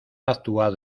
actuado